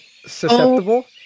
Susceptible